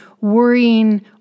worrying